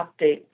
update